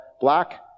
black